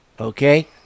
okay